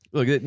Look